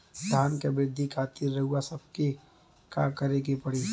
धान क वृद्धि खातिर रउआ सबके का करे के पड़ी?